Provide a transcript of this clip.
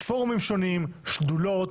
פורומים שונים, שדולות,